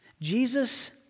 Jesus